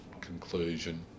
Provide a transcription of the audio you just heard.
conclusion